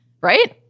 right